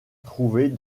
trouver